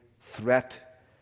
threat